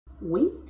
week